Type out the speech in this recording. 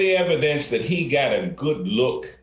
the evidence that he get a good look